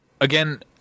again